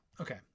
Okay